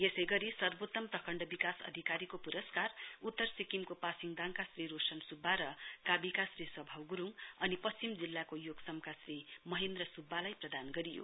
यसै गरी सर्वोत्तम प्रखण्ड विकास अधिकारीको पुरस्कार उत्तर सिक्किमको पासिङदाङका श्री रोशन सुब्बा र काबीका श्री स्वभाव गुरूङ अनि पश्चिम जिल्लाको योक्समका श्री महेन्द्र सुब्बालाई प्रदान गरियो